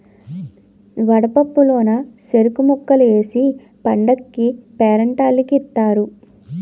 వడపప్పు లోన సెరుకు ముక్కలు ఏసి పండగకీ పేరంటాల్లకి ఇత్తారు